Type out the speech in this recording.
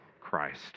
Christ